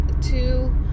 two